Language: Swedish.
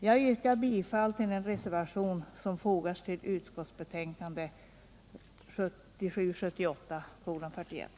Jag yrkar bifall till den reservation som fogats till utskottsbetänkandet 1977/78:41.